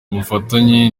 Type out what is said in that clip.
ubufatanye